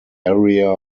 area